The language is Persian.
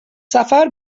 سفر